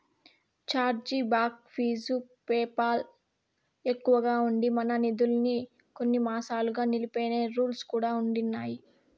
charge back fees PayPal ఎక్కువగా ఉండి, మన నిదుల్మి కొన్ని మాసాలుగా నిలిపేసే రూల్స్ కూడా ఉండిన్నాయి